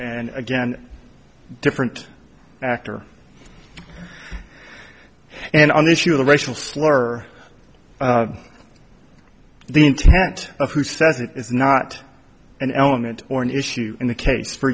and again different actor and on the issue of the racial slur the intent of who says it is not an element or an issue in the case for